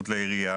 לעירייה,